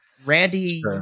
Randy